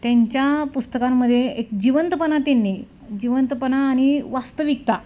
त्यांच्या पुस्तकांमध्ये एक जिवंतपणा त्यांनी जिवंतपणा आणि वास्तविकता